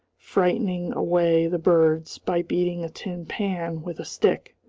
frightening away the birds by beating a tin pan with a stick,